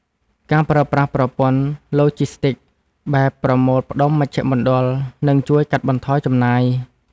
ការប្រើប្រាស់ប្រព័ន្ធឡូជីស្ទិកបែបប្រមូលផ្ដុំមជ្ឈមណ្ឌល នឹងជួយកាត់បន្ថយចំណាយ។